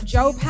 Joe